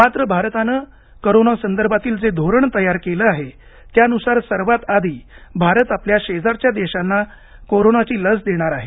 मात्र भारतानं कोरोनासंदर्भातील जे धोरण तयार केलं आहे त्यानुसार सर्वात आधी भारत आपल्या शेजरच्या देशांना कोरोनाची लस देणार आहे